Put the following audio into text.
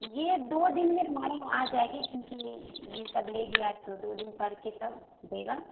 یہ دو دن میں ہمارے یہاں آ جائے گی کیونکہ یہ سب لے گیا ہے تو دو دن پڑھ کے سب دے گا